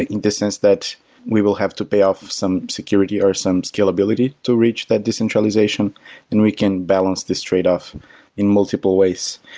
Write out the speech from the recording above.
in the sense that we will have to pay off some security, or some scalability to reach that decentralization and we can balance this trade off in multiple ways.